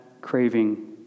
craving